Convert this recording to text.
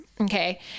okay